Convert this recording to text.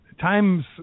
Time's